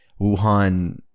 Wuhan